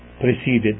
preceded